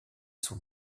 son